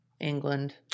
England